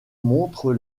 montrent